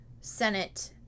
Senate